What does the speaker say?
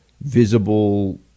visible